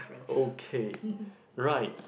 okay right